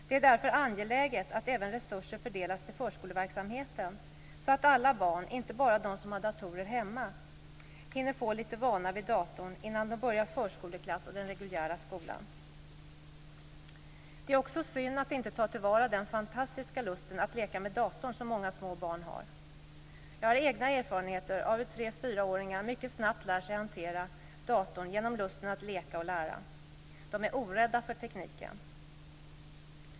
Det är därför angeläget att även resurser fördelas till förskoleverksamheten så att alla barn, inte bara de som har dator hemma, hinner få lite vana vid datorn innan de börjar i förskoleklass och i den reguljära skolan. Vidare är det synd att inte ta till vara den fantastiska lust att "leka med datorn" som många små barn har. Jag har egna erfarenheter av hur tre och fyraåringar mycket snabbt lär sig att hantera datorn just genom lusten att leka och lära. De är orädda för tekniken.